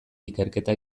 ikerketa